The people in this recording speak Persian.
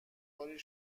باری